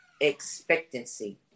expectancy